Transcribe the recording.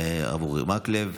הרב אורי מקלב.